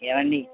ఏవండి